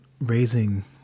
raising